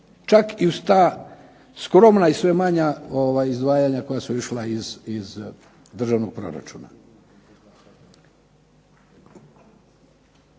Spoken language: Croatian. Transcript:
čak i uz ta skromna i sve manja izdvajanja koja su išla iz državnog proračuna.